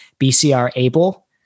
BCR-ABLE